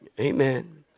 Amen